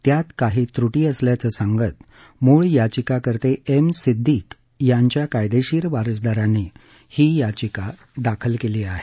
त्यात काही त्रुटी असल्याचं सांगत मूळ याचिकाकर्ते एम सिद्दीक यांच्या कायदेशीर वारसदारांनी ही याचिका दाखल केली आहे